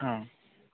औ